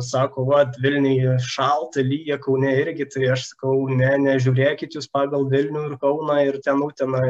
sako vat vilniuje šalta lyja kaune irgi tai aš sakau ne nežiūrėkit jūs pagal vilnių ir kauną ir ten uteną